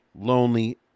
lonely